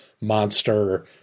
monster